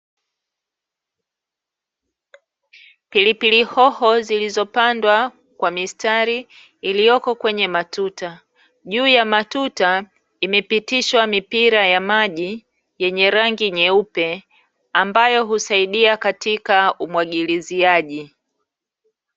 Pilipili hoho zilizopandwa kwa mistari iliyoko kwenye matuta. Juu ya matuta imepitishwa mipira ya maji yenye rangi nyeupe, ambayo husaidia katika umwagiliziaji.